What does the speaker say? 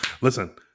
listen